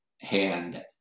hand